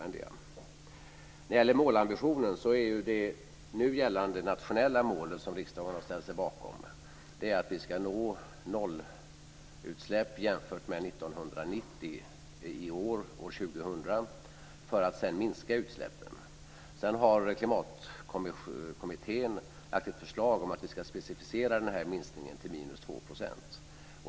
När det gäller målambitionen är det nu gällande nationella målet, som riksdagen har ställt sig bakom, att vi i år ska nå nollutsläpp jämfört med 1990 för att sedan minska utsläppen. Klimatkommittén har lagt ett förslag om att vi ska specificera minskningen till - 2 %.